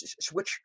switch